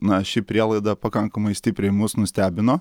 na ši prielaida pakankamai stipriai mus nustebino